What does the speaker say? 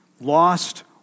Lost